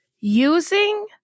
using